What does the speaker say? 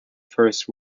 first